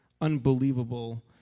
unbelievable